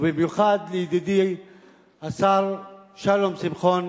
ובמיוחד לידידי השר שלום שמחון,